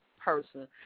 person